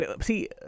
See